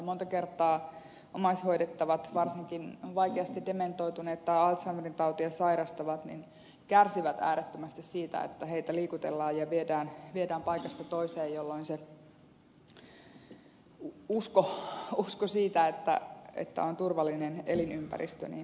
monta kertaa omaishoidettavat varsinkin vaikeasti dementoituneet tai alzheimerin tautia sairastavat kärsivät äärettömästi siitä että heitä liikutellaan ja viedään paikasta toiseen jolloin usko siitä että on turvallinen elinympäristö monesti horjuu